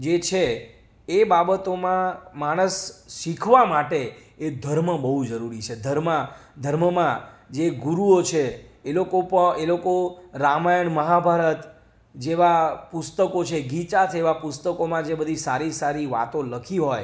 જે છે એ બાબતોમાં માણસ શીખવા માટે એ ધર્મ બહુ જરૂરી છે ધર્મ ધર્મમાં જે ગુરુઓ છે એ લોકો એ લોકો રામાયણ મહાભારત જેવાં પુસ્તકો છે ગીતા જેવાં પુસ્તકોમાં જે બધી સારી સારી વાતો લખી હોય